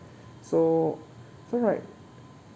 so so right